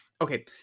okay